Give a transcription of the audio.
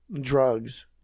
Drugs